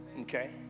okay